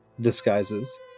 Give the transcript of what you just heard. disguises